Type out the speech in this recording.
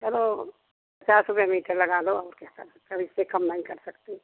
चलो पचास रुपये मीटर लगा लो और क्या कर सकते हैं अब इससे कम नहीं कर सकती